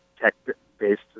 tech-based